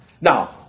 Now